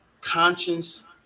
conscience